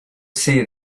see